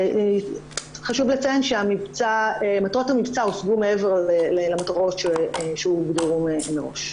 חשוב לציין שמטרות המבצע הושגו מעבר למטרות שהוגדרו מראש.